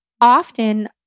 often